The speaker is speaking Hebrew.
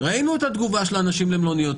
ראינו את התגובה של אנשים למלוניות.